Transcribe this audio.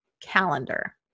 calendar